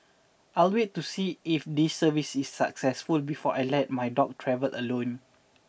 I'll wait to see if this service is successful before I let my dog travel alone